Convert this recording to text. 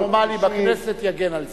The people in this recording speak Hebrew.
הרוב הנורמלי בכנסת יגן על זה.